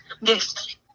Yes